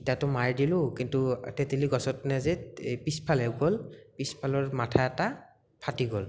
ইটাটো মাৰি দিলোঁ কিন্তু তেতেলি গছত নাযায় পিছফালে গ'ল পিছফালৰ মাথা এটা ফাটি গ'ল